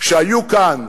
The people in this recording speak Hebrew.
שהיו כאן,